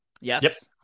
Yes